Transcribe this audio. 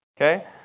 okay